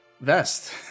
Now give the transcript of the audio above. vest